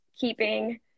keeping